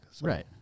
Right